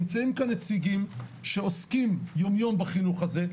נמצאים כאן נציגים שעוסקים יום יום בחינוך הזה,